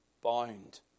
bound